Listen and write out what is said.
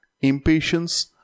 impatience